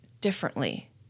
differently